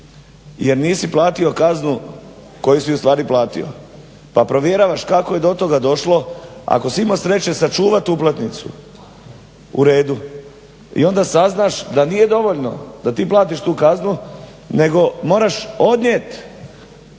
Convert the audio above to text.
jer nisi platio kaznu koju si u stvari platio, pa provjeravaš kako je do toga došlo. Ako si imao sreće sačuvati uplatnicu u redu i onda saznaš da nije dovoljno da ti platiš tu kaznu, nego moraš odnijet